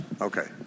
okay